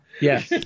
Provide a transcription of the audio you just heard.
yes